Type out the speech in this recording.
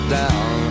down